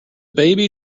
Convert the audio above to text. baby